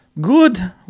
Good